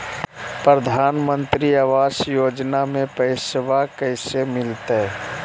प्रधानमंत्री आवास योजना में पैसबा कैसे मिलते?